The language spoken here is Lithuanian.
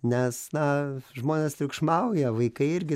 nes na žmonės triukšmauja vaikai irgi